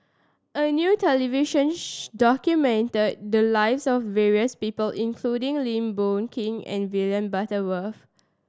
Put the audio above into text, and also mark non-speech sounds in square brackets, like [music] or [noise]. a new television [unintelligible] documented the lives of various people including Lim Boon Keng and William Butterworth